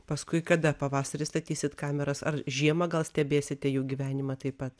paskui kada pavasarį statysit kameras ar žiemą gal stebėsite jų gyvenimą taip pat